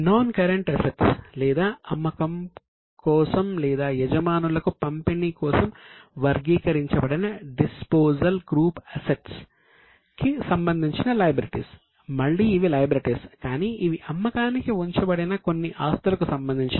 non current assets కానీ ఇవి అమ్మకానికి ఉంచబడిన కొన్ని ఆస్తులకు సంబంధించినవి